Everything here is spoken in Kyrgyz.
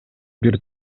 бир